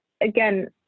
again